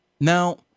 Now